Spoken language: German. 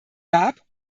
gab